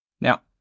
Now